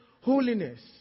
Holiness